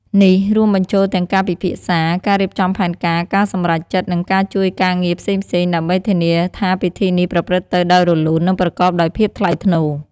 នេះរួមបញ្ចូលទាំងការពិភាក្សា ការរៀបចំផែនការ ការសម្រេចចិត្ត និងការជួយការងារផ្សេងៗ ដើម្បីធានាថាពិធីនេះប្រព្រឹត្តទៅដោយរលូន និងប្រកបដោយភាពថ្លៃថ្នូរ។